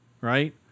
Right